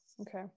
Okay